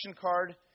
card